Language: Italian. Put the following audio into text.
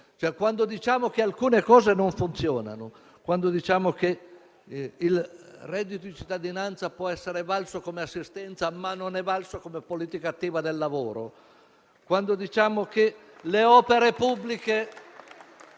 quando diciamo che alcune cose non funzionano, quando diciamo che il reddito di cittadinanza può essere valso come assistenza ma non è valso come politica attiva del lavoro, quando diciamo che le opere pubbliche